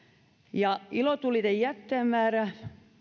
ja ilotulitejätteen määrä